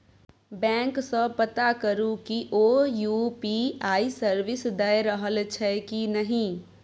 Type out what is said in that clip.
bank सँ पता करु कि ओ यु.पी.आइ सर्विस दए रहल छै कि नहि